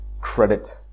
credit